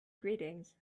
greetings